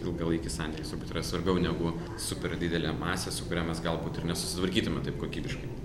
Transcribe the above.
ilgalaikis santykis turbūt yra svarbiau negu super didelė masė su kuria mes galbūt ir nesusitvarkytume taip kokybiškai